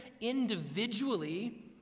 individually